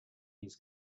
his